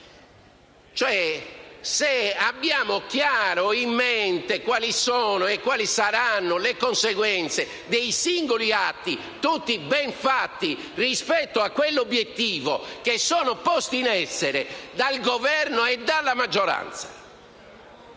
se sia chiaro in mente quali sono e quali saranno le conseguenze dei singoli atti - tutti ben fatti rispetto a quell'obiettivo - posti in essere dal Governo e dalla maggioranza.